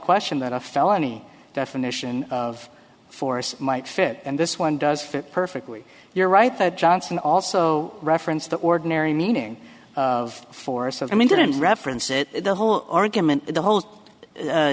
question that a felony definition of force might fit and this one does fit perfectly you're right that johnson also referenced the ordinary meaning of force i mean didn't reference it the whole argument the whole